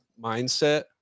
mindset